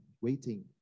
Waiting